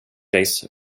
days